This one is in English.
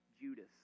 Judas